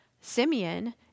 Simeon